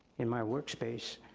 in my work space.